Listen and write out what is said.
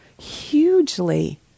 hugely